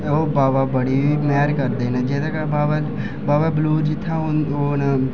ते ओह् बावा बड़ी मैह्र करदे न जेह्दे बावा बलूज जित्थां ओह् न